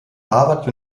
harvard